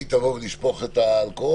שהיא תבוא ותשפוך את האלכוהול.